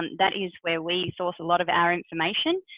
that is where we source a lot of our information.